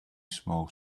small